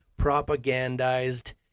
propagandized